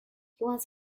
once